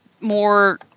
more